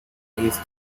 tennis